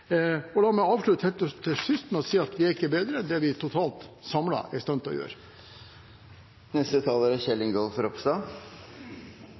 La meg avslutte med å si at vi er ikke bedre enn det vi totalt – samlet – er i stand til å gjøre.